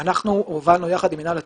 אנחנו הובלנו יחד עם מינהל התכנון,